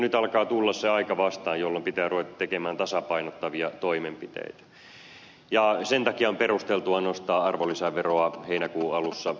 mutta alkaa tulla aika vastaan jolloin pitää ruveta tekemään tasapainottavia toimenpiteitä ja sen takia on perusteltua nostaa arvonlisäveroa heinäkuun alussa